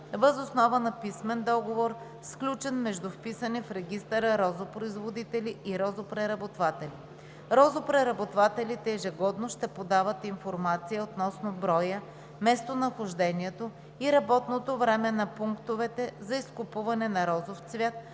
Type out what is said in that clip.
въз основа на писмен договор, сключен между вписани в регистъра розопроизводители и розопреработватели. Розопреработвателите ежегодно ще подават информация относно броя, местонахождението и работното време на пунктовете за изкупуване на розов цвят,